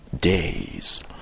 days